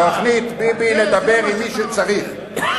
תוכנית ביבי, לדבר עם מי שצריך.